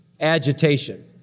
agitation